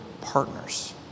partners